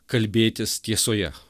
kalbėtis tiesoje